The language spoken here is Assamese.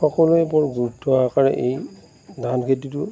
সকলোৱে গুৰুত্ব সহকাৰে এই ধান খেতিটো